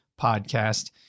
podcast